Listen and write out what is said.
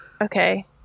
Okay